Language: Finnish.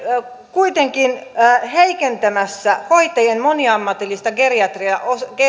kuitenkin heikentämässä hoitajien moniammatillista geriatrista